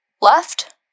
left